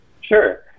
Sure